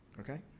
okay.